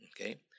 okay